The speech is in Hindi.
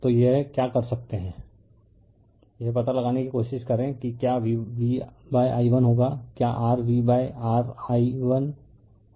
तो यह क्या कर सकते है यह पता लगाने की कोशिश करें कि क्या vi1 होगा क्या rv ri1 होगा